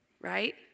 right